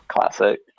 Classic